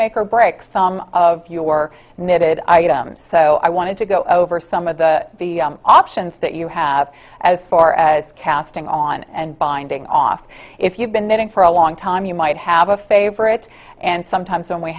make or break some of your knitted items so i wanted to go over some of the options that you have as far as casting on and binding off if you've been dating for a long time you might have a favorite and sometimes when we